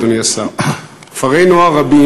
אדוני השר: כפרי-נוער רבים,